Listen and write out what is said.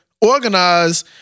organize